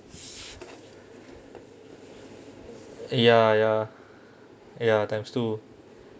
ya ya ya times two